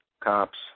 Cops